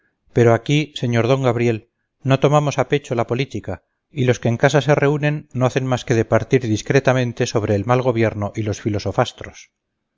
pero aquí sr d gabriel no tomamos a pecho la política y los que en casa se reúnen no hacen más que departir discretamente sobre el mal gobierno y los